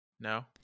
No